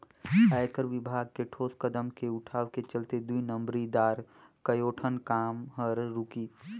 आयकर विभाग के ठोस कदम के उठाव के चलते दुई नंबरी दार कयोठन काम हर रूकिसे